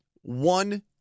one